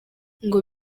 ngo